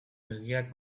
begiak